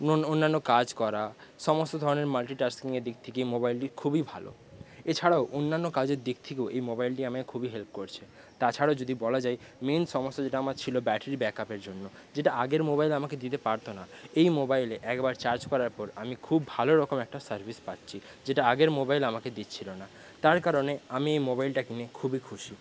অন্যান্য কাজ করা সমস্ত ধরনের মাল্টিটাস্কিংয়ের দিক থেকে মোবাইলটি খুবই ভালো এছাড়াও অন্যান্য কাজের দিক থেকেও এই মোবাইলটি আমায় খুবই হেল্প করছে তাছাড়াও যদি বলা যায় মেন সমস্যা যেটা আমার ছিল ব্যাটারি ব্যাকআপের জন্য যেটা আগের মোবাইল আমাকে দিতে পারত না এই মোবাইলে একবার চার্জ করার পর আমি খুব ভালোরকম একটা সার্ভিস পাচ্ছি যেটা আগের মোবাইল আমাকে দিচ্ছিল না তার কারণে আমি এই মোবাইলটা কিনে খুবই খুশি